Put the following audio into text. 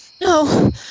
No